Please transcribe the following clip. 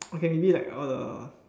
okay maybe like all the